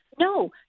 No